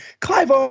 Clive